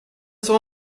son